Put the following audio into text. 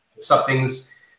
something's